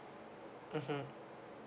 mmhmm